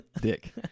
dick